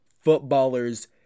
footballers